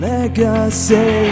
Legacy